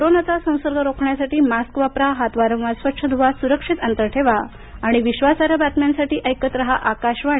कोरोनाचा संसर्ग रोखण्यासाठी मास्क वापरा हात वारंवार स्वच्छ धुवा सुरक्षित अंतर ठेवा आणि विश्वासार्ह बातम्यांसाठी ऐकत राहा आकाशवाणी